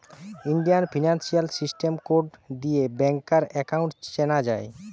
Indian financial system code দিয়ে ব্যাংকার account চেনা যায়